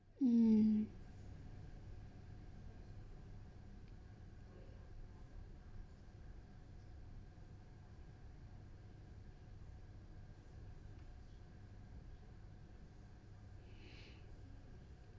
mm